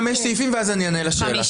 חמישה סעיפים, ואז אני אענה לשאלה שלך.